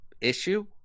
issue